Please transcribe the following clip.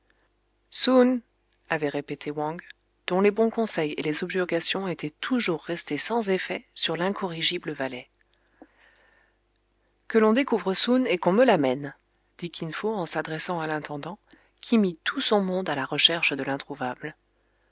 avait répété wang dont les bons conseils et les objurgations étaient toujours restés sans effet sur l'incorrigible valet que l'on découvre soun et qu'on me l'amène dit kin fo en s'adressant à l'intendant qui mit tout son monde à la recherche de l'introuvable